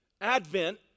Advent